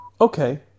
Okay